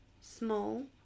small